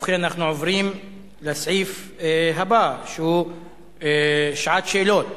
ובכן, אנחנו עוברים לסעיף הבא, שהוא שעת שאלות